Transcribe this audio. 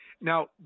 Now